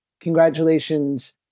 congratulations